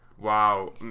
Wow